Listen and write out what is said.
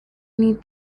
need